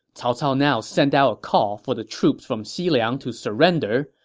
cao cao now sent out a call for the troops from xiliang to surrender,